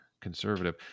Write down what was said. conservative